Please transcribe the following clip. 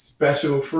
special